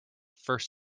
first